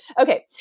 Okay